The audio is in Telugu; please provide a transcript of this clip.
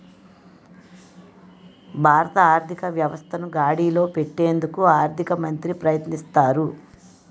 భారత ఆర్థిక వ్యవస్థను గాడిలో పెట్టేందుకు ఆర్థిక మంత్రి ప్రయత్నిస్తారు